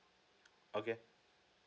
okay